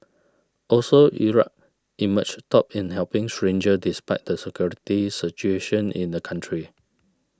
also Iraq emerged top in helping stranger despite the security situation in the country